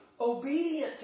obedient